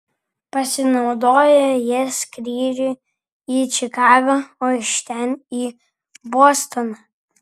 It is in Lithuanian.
pasinaudojo ja skrydžiui į čikagą o iš ten į bostoną